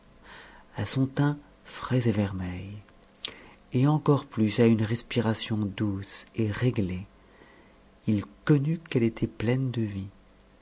a son teint frais et vermeil et encore plus à une respiration douce et rég ée il connut qu'elle était pleine de vie